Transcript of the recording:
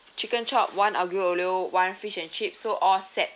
chicken chop one aglio-olio one fish and chip so all set